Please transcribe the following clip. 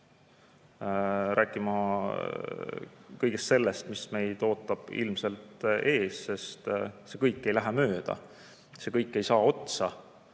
Rääkima kõigest sellest, mis meid ootab ilmselt ees, sest see kõik ei lähe mööda, see kõik ei saa otsa.